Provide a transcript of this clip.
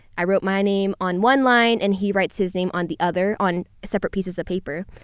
i wrote my name on one line and he writes his name on the other on separate pieces of paper.